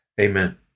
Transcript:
amen